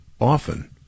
often